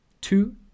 two